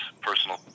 personal